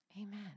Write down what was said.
Amen